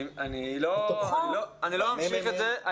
אני לא ממשיך את זה.